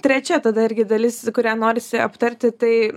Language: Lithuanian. trečia tada irgi dalis kurią norisi aptarti tai